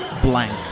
blank